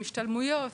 השתלמויות,